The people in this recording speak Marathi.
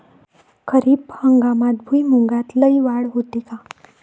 खरीप हंगामात भुईमूगात लई वाढ होते का?